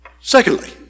Secondly